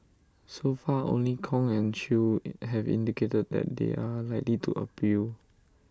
so far only Kong and chew have indicated that they are likely to appeal